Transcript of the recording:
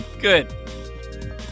Good